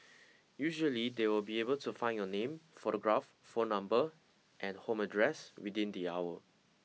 usually they will be able to find your name photograph phone number and home address within the hour